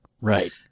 Right